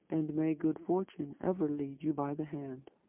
and may good fortune ever lead you by the hand!